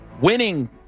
winning